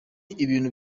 ibintu